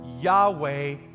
Yahweh